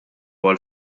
għall